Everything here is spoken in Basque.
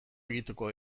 egiteko